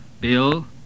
Bill